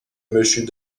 monsieur